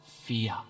fear